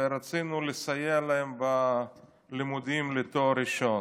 ורצינו לסייע להם בלימודים לתואר ראשון.